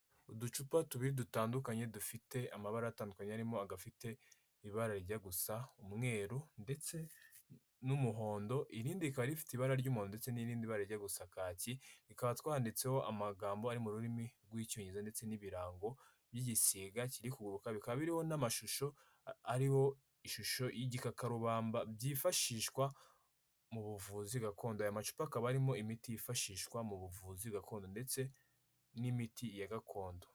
Uducupa tubiri dutandukanye dufite amabara atandukanye arimo agafite ibarajya gusa umweru ndetse n'umuhondo ,irindi rikaba rifite ibara ry'umuhodo ndetse n'irindi bara rijya gusa kaki rikaba twanditseho amagambo ari mu rurimi rw'icyongereza ndetse n'ibirango by'igisiga bikaba biriho n'amashusho ariho ishusho y'igikakarubamba byifashishwa mu buvuzi gakondo aya macupa akabamo imiti yifashishwa mu buvuzi gakondo ndetse n'imiti ya gakondo.